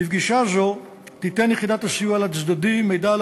בפגישה זו תיתן יחידת הסיוע לצדדים מידע על